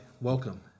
welcome